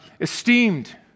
esteemed